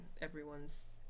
Everyone's